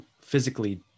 physically